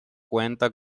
cuenta